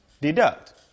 Deduct